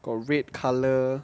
got red colour